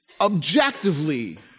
objectively